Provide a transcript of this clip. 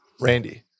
Randy